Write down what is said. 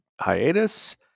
hiatus